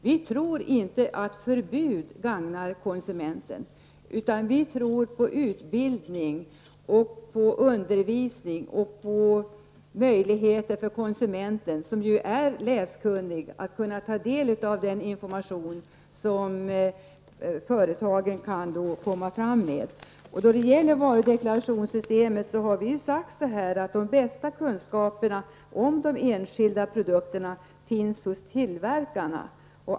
Vi tror inte att förbud gagnar konsumenten, utan vi tror på utbildning, undervisning. Konsumenten, som ju är läskunnig, skall ha möjligheter att ta del av den information som företagen kan komma med. Beträffande varudeklarationssystemet har vi sagt att det är tillverkarna som har de bästa kunskaperna om de enskilda produkterna.